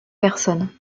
personnes